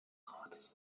rates